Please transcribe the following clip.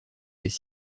des